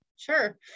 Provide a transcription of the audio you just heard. sure